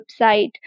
website